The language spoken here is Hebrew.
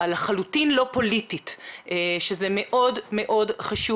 ולחלוטין לא פוליטית מה שמאוד חשוב.